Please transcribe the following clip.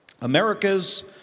America's